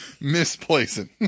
misplacing